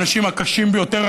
האנשים הקשים ביותר?